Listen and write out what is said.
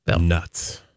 Nuts